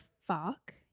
fuck